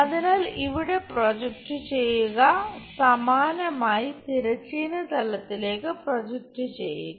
അതിനാൽ ഇവിടെ പ്രോജക്റ്റ് ചെയ്യുക സമാനമായി തിരശ്ചീന തലത്തിലേക്ക് പ്രൊജക്റ്റ് ചെയ്യുക